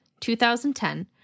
2010